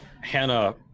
Hannah